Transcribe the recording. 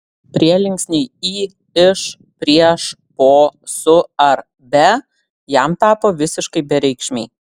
prielinksniai į iš prieš po su ar be jam tapo visiškai bereikšmiai